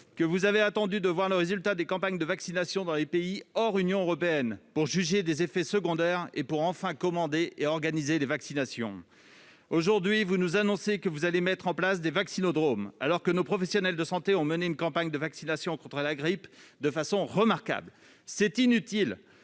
que vous avez attendu de voir le résultat des campagnes de vaccination dans les pays n'appartenant pas à l'Union européenne pour juger des effets secondaires et pour, enfin, commander les vaccins et organiser leur administration. Aujourd'hui, vous nous annoncez que vous allez mettre en place des « vaccinodromes », alors que nos professionnels de santé ont mené une campagne de vaccination contre la grippe de façon remarquable. C'est ce